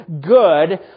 good